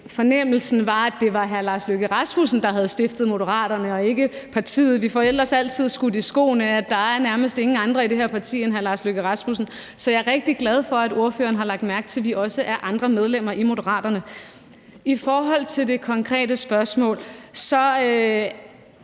fornemmelsen var, at det var hr. Lars Løkke Rasmussen, der havde stiftet Moderaterne, og ikke partimedlemmerne. Vi får ellers altid skudt i skoene, at der nærmest ingen andre er i det her parti end hr. Lars Løkke Rasmussen, så jeg er rigtig glad for, at ordføreren har lagt mærke til, at vi også er andre medlemmer i Moderaterne. I forhold til det konkrete spørgsmål